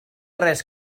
res